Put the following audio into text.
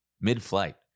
mid-flight